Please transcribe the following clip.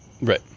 Right